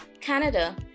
Canada